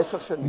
עשר שנים.